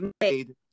made